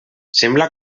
sembla